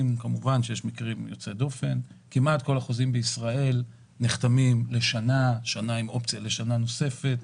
החוזים בישראל נחתמים לשנה או לשנה עם אופציה לשנה נוספת,